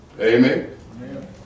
Amen